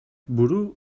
buru